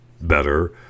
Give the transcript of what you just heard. better